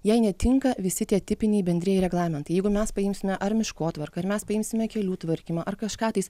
jai netinka visi tie tipiniai bendrieji reglamentai jeigu mes paimsime ar miškotvarką ar mes paimsime kelių tvarkymą ar kažką tais